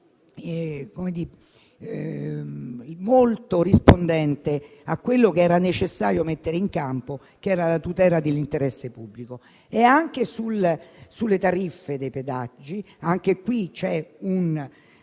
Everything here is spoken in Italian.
molto rispondente a quello che era necessario mettere in campo per la tutela dell'interesse pubblico. Anche sulle tariffe dei pedaggi c'è un